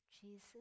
Jesus